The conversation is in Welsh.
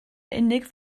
unig